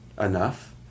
enough